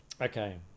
Okay